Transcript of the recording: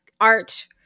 art